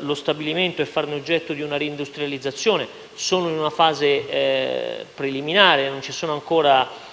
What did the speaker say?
lo stabilimento e farlo oggetto di una reindustrializzazione, sono in una fase preliminare e non ci sono ancora